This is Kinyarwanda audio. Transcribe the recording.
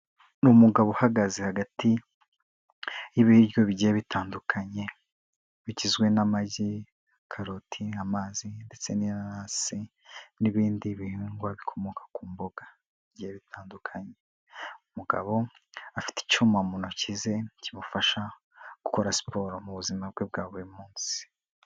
Ni umugabo uhagaze hagati y'ibiryo bigiye bitandukanye bigizwe n'amagi, karoti, amazi ndetse n'inanasi n'ibindi bihingwa bikomoka ku mboga bigiye bitandukanye, umugabo afite icyuma mu ntoki ze kimufasha gukora siporo mu buzima bwe bwa buri munsi.